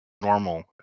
normal